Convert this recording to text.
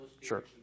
Sure